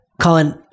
Colin